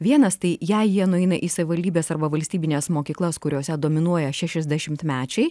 vienas tai jei jie nueina į savivaldybės arba valstybines mokyklas kuriose dominuoja šešiasdešimtmečiai